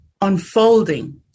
unfolding